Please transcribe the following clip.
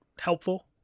helpful